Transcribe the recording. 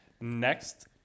Next